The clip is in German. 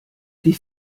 die